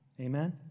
Amen